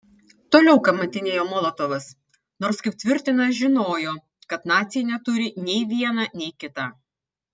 toliau kamantinėjo molotovas nors kaip tvirtina žinojo kad naciai neturi nei viena nei kita